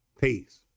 peace